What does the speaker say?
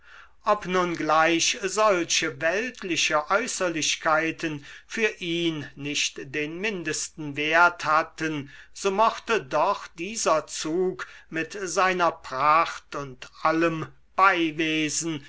ob nun gleich solche weltliche äußerlichkeiten für ihn nicht den mindesten wert hatten so mochte doch dieser zug mit seiner pracht und allem beiwesen